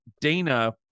Dana